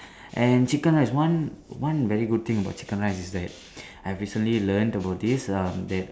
and chicken rice is one one very good thing about chicken rice is that I have recently learnt about this um that